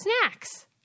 snacks